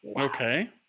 Okay